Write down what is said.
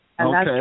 Okay